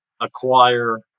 acquire